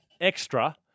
extra